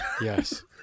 Yes